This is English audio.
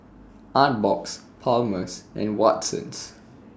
Artbox Palmer's and Watsons